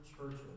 churches